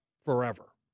forever